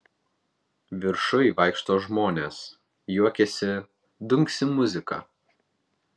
viršuj vaikšto žmonės juokiasi dunksi muzika